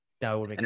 No